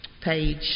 page